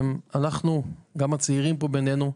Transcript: גם הצעירים פה מבנינו,